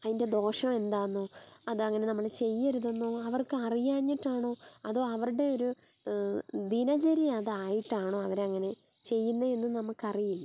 അതിൻ്റെ ദോഷം എന്താന്നോ അതങ്ങനെ നമ്മള് ചെയ്യരുതെന്നോ അവർക്കറിയാഞ്ഞിട്ടാണോ അത് അവരുടെ ഒരു ദിനചര്യ അതായിട്ടാണോ അവരങ്ങനെ ചെയ്യുന്നത് എന്നും നമുക്കറിയില്ല